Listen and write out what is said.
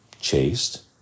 chaste